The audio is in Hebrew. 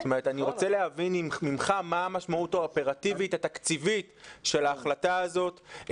אני רוצה להבין ממך מה המשמעות האופרטיבית התקציבית של ההחלטה הזאת.